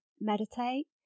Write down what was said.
meditate